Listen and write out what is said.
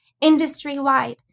Industry-wide